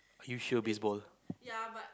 you sure baseball